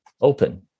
Open